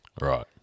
Right